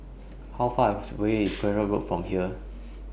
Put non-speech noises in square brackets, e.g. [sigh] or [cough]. How Far [unintelligible] away IS Akyab Road from here